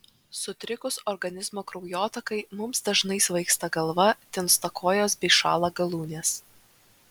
sutrikus organizmo kraujotakai mums dažnai svaigsta galva tinsta kojos bei šąla galūnės